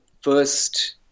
first